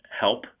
help